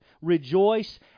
rejoice